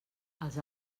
als